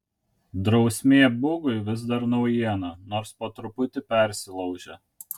drausmė bugui vis dar naujiena nors po truputį persilaužia